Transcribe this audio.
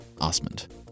Osmond